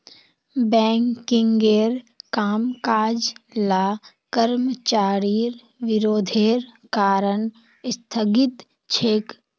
बैंकिंगेर कामकाज ला कर्मचारिर विरोधेर कारण स्थगित छेक